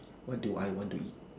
what do I want to eat